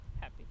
happy